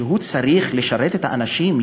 שצריכה לשרת את האנשים,